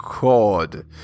god